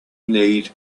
need